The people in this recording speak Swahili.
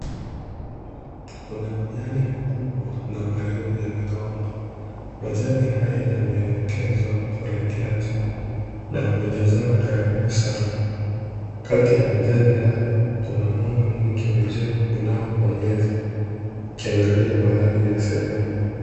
Kuna majani makubwa na marefu ya migomba. Majani haya yameelekezwa kuelekea juu, na yamejazana karibu sana. Kati ya majani hayo kuna mwanga mwingi wa jua unaoponyeza, ukiangalia baadhi ya sehemu.